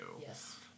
Yes